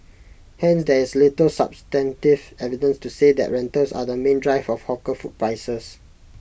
hence there is little substantive evidence to say that rentals are the main driver of hawker food prices